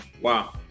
wow